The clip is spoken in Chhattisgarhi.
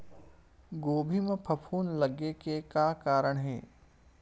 गोभी म फफूंद लगे के का कारण हे?